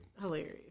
Hilarious